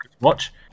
watch